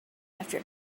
after